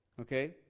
Okay